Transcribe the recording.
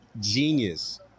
genius